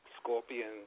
Scorpion